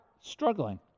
struggling